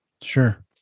Sure